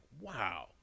wow